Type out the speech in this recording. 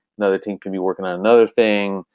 another team could be working on another thing.